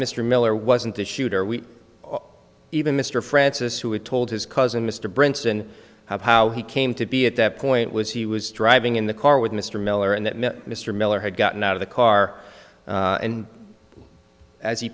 mr miller wasn't the shooter we even mr francis who had told his cousin mr bronson how he came to be at that point was he was driving in the car with mr miller and that mr miller had gotten out of the car and as he